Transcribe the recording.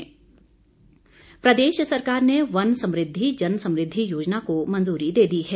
मंत्रिमण्डल प्रदेश सरकार ने वन समृद्धि जन समृद्धि योजना को मंजूरी दे दी है